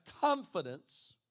confidence